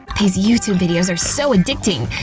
these youtube videos are so addicting!